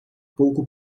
pouco